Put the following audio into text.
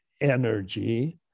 Energy